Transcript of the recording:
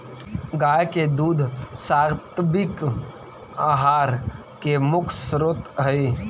गाय के दूध सात्विक आहार के मुख्य स्रोत हई